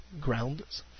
Grounds